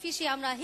שכפי שאמרה,